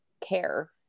care